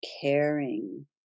caring